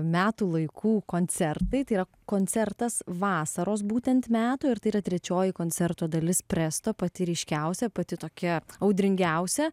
metų laikų koncertai tai yra koncertas vasaros būtent metų ir tai yra trečioji koncerto dalis presto pati ryškiausia pati tokia audringiausia